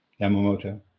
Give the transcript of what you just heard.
Yamamoto